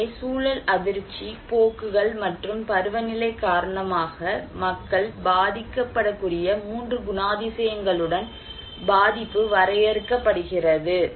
எனவே சூழல் அதிர்ச்சி போக்குகள் மற்றும் பருவநிலை காரணமாக மக்கள் பாதிக்கப்படக்கூடிய 3 குணாதிசயங்களுடன் பாதிப்பு வரையறுக்கப்படுகிறது